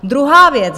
Druhá věc.